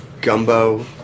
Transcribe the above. gumbo